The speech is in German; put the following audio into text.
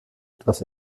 etwas